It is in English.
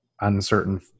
uncertain